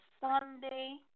Sunday